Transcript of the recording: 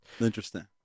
Interesting